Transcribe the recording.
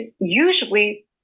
usually